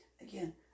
Again